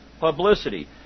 publicity